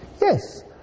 Yes